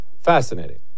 fascinating